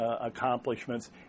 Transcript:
accomplishments